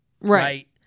right